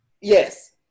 yes